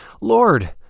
Lord